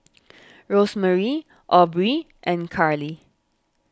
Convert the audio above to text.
Rosemary Aubrey and Carlie